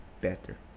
better